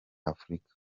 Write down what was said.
afurika